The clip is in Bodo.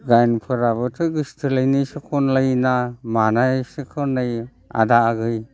दाहोनाफोराबोथ' गोसो थोलायनायसो खनलायो ना मानायसो खनलायो आदा आगै